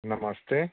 नमस्ते